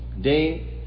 day